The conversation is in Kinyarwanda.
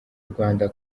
rwanda